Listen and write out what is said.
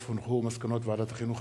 מסקנות ועדת החינוך,